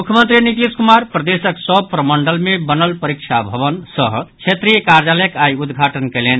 मुख्यमंत्री नीतीश कुमार प्रदेशक सभ प्रमंडल मे बनल परीक्षा भवन सह क्षेत्रीय कार्यालयक आई उद्घाटन कयलनि